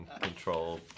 control